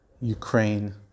ukraine